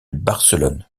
barcelone